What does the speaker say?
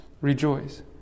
rejoice